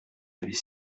avez